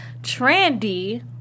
Trandy